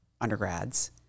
undergrads